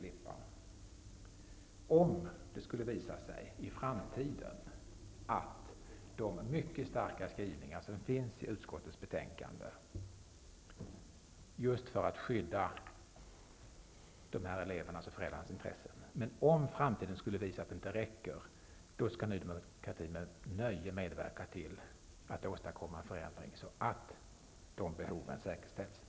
Om det i framtiden skulle visa sig att de mycket starka skrivningar som finns i utskottets betänkande just för att skydda de här elevernas och föräldrarnas intresse inte räcker, då skall Ny demokrati med nöje medverka till att åstadkomma en förändring som gör att de behoven säkerställs.